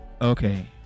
okay